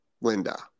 Linda